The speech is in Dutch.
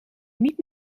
niet